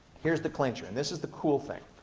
here's the clincher, and this is the cool thing.